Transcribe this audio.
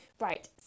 right